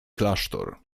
klasztor